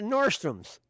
Nordstrom's